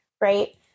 Right